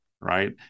right